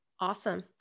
Awesome